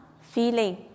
feeling